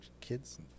kids